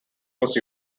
was